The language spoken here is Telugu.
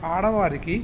ఆడవారికి